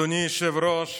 אדוני היושב-ראש,